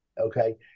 okay